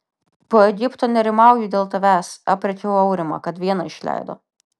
po egipto nerimauju dėl tavęs aprėkiau aurimą kad vieną išleido